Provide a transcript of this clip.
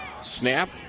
Snap